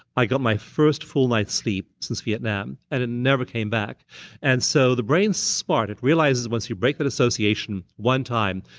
i got my first full night's sleep since vietnam, and it never came back and so the brain's smart. it realizes, once you break that association one time,